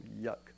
yuck